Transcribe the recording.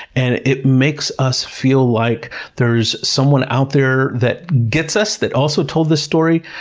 and it makes us feel like there's someone out there that gets us, that also told this story.